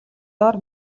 доор